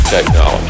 Technology